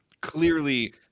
clearly